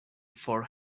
for